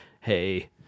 hey